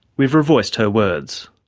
we've revoiced her words.